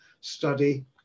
study